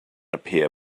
appear